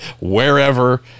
wherever